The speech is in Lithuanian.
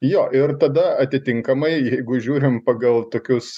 jo ir tada atitinkamai jeigu žiūrim pagal tokius